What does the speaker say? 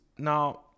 Now